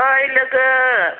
ओइ लोगो